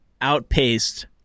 outpaced